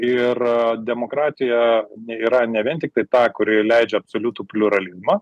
ir demokratija yra ne vien tiktai ta kuri leidžia absoliutų pliuralizmą